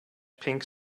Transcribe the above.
pink